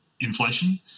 inflation